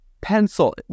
pencil